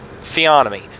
theonomy